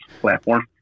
platform